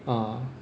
ah